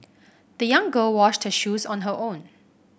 the young girl washed her shoes on her own